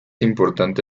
importante